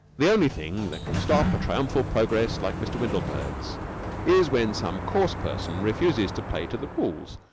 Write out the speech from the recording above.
the only thing that can stop a triumphal progress like mr. windlebird's is when some coarse person refuses to play to the rules,